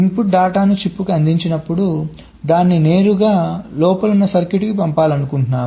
input డేటాను చిప్కు అందించినప్పుడు దాన్ని నేరుగా లోపల ఉన్న సర్క్యూట్కి పంపాలనుకుంటున్నాను